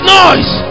noise